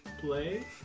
play